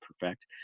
perfect